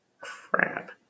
crap